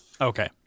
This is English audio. Okay